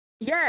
Yes